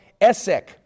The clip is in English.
Essek